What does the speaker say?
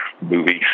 movies